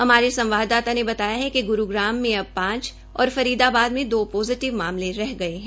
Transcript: हमारे संवाददाता ने बताया कि ग्रूग्राम में अब पांच पोजिटिव और फरीदाबाद में दो पोजिटिव मामले रह गये है